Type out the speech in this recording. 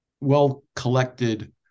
well-collected